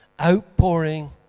outpouring